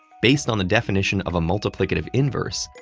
based on the definition of a multiplicative inverse,